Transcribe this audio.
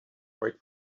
wait